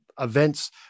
events